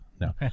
No